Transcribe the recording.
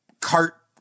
cart